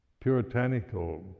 puritanical